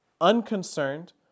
unconcerned